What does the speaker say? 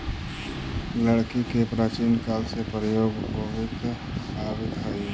लकड़ी के प्राचीन काल से प्रयोग होवित आवित हइ